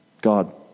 God